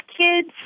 kids